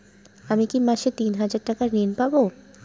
আমি কি মাসে তিন হাজার টাকার ঋণ পাবো?